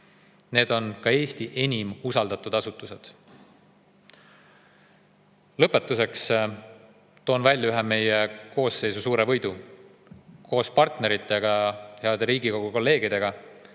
Need on Eesti enim usaldatud asutused. Lõpetuseks toon välja ühe meie koosseisu suure võidu. Koos partneritega, heade Riigikogu kolleegidega,